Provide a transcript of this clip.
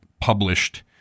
published